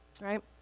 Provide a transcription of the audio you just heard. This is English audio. right